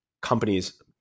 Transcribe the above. companies